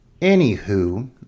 anywho